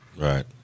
right